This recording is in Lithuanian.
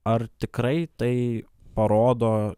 ar tikrai tai parodo